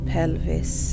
pelvis